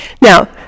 Now